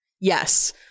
Yes